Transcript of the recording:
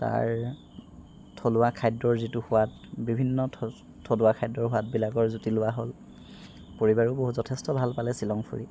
তাৰ থলুৱা খাদ্যৰ যিটো সোৱাদ বিভিন্ন থ থলুৱা খাদ্যৰ সোৱাদবিলাকৰ জুঁতি লোৱা হ'ল পৰিবাৰো বহু যথেষ্ট ভাল পালে শ্বিলং ফুৰি